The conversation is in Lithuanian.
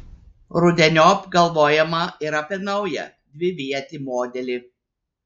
rudeniop galvojama ir apie naują dvivietį modelį